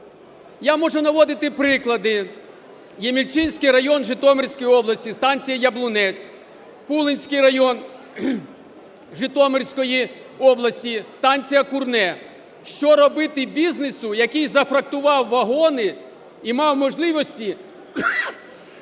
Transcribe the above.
Я можу наводити приклади: Ємільчинський район Житомирської області, станція Яблунець, Пулинський район Житомирської області, станція Курне. Що робити бізнесу, який зафрахтував вагони і мав можливості